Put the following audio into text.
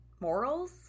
morals